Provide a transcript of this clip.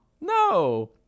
No